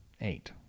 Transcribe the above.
eight